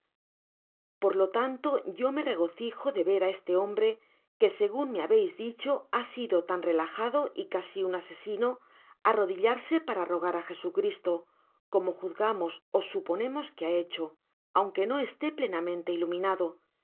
por lo tanto yo me regocijo de ver á este hombre que segun me habeis dicho ha sido tan relajado y casi un asesino arrodillarse para rogar á jesucristo como juzgamos ó suponemos que ha hecho aunque no esté plenamente iluminado yo